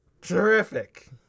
terrific